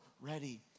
ready